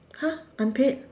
!huh! unpaid